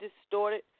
distorted